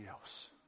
else